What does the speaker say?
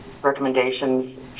recommendations